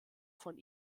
von